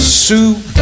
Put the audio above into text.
soup